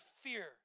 fear